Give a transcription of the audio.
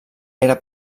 era